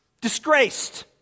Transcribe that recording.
Disgraced